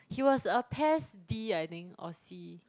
he was a pes D I think or C